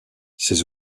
ses